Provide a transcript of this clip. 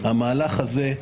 כשהגיע לאולמרט,